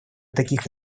таких